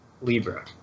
Libra